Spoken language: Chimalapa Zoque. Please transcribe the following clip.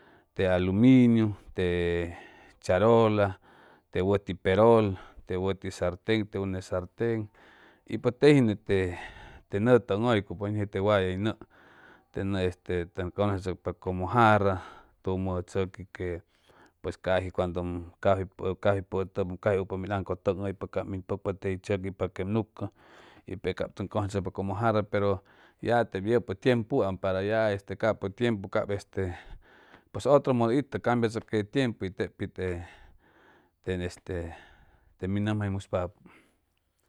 Te aluminiu te charola te wʉti perolte wʉti sarten te une sarten y pues teji nete te nʉʉ tʉŋhʉycuy pʉñʉji te wayay nʉʉ te nʉʉ este tʉn cʉnʉsechʉcpa como jarra tumʉ tzʉqui que pues caji cuando ʉm ʉm cafey poʉʉtʉpa min aŋcʉtʉŋhʉypa cap min pʉkpa ca tey tzʉqui paquem nucʉ y pe cap tʉn cʉnʉsechʉcpa como jarra pero ya tep yʉpʉ tiempuam para ya este capʉ tiempu cap este pues otro modo itʉ cambiachʉcʉ ye tiempu y tep pi te ten este te min nʉmjaymuspapʉ